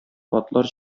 атлар